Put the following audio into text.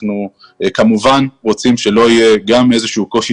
אנחנו כמובן רוצים שלא יהיה איזשהו קושי